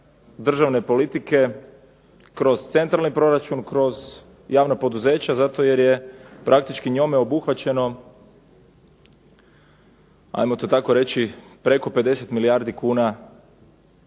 državne politike kroz centralni proračun, kroz javna poduzeća, zato jer je praktički njome obuhvaćeno hajmo to tako reći preko 50 milijardi kuna